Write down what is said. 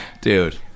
Dude